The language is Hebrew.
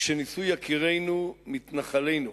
כשניסו יקירינו, מתנחלינו,